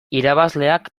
irabazleak